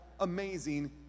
amazing